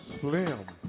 slim